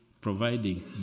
providing